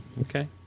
Okay